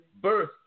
birth